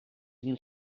mil